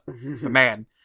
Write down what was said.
man